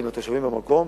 עם התושבים במקום,